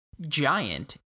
giant